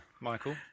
Michael